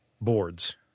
boards